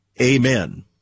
amen